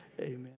amen